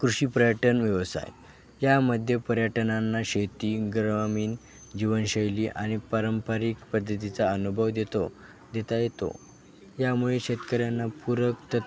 कृषी पर्यटन व्यवसाय यामध्ये पर्यटनांना शेती ग्रामीण जीवनशैली आणि पारंपरिक पद्धतीचा अनुभव देतो देता येतो यामुळे शेतकऱ्यांना पूरक तत्